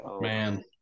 Man